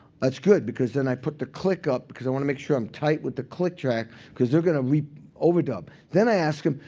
that's good, because then i put the click up, because i want to make sure i'm tight with the click track, because they're going to overdub. then i ask them,